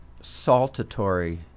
saltatory